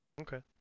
Okay